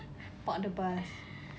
park the bus